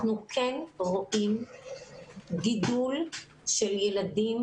אנחנו כן רואים גידול של ילדים.